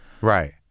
Right